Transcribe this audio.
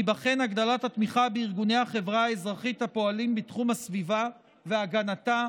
תיבחן הגדלת התמיכה בארגוני החברה האזרחית הפועלים בתחום הסביבה והגנתה,